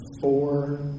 four